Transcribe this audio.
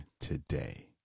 today